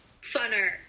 funner